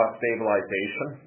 stabilization